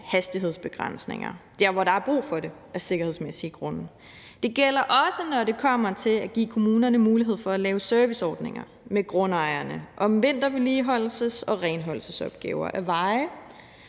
hastighedsbegrænsninger der, hvor der er brug for det af sikkerhedsmæssige grunde. Det gælder også, når det kommer til at give kommunerne mulighed for at lave serviceordninger med grundejerne om vintervedligeholdelses- og renholdelsesopgaver af veje.